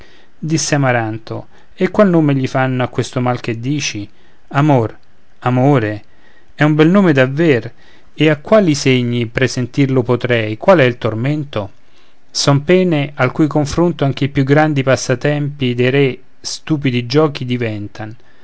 disse amaranto e qual nome gli fanno a questo mal che dici amor amore è un bel nome davver e a quali segni presentirlo potrei qual è il tormento son pene al cui confronto anche i più grandi passatempi dei re stupidi giochi diventan